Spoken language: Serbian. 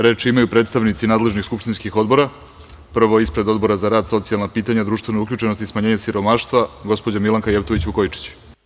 Reč imaju predstavnici nadležnih skupštinskih odbora, prvo ispred Odbora za rad, socijalna pitanja, društvene uključenosti i smanjenje siromaštva, gospođa Milanka Jevtović Vukojičić.